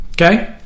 okay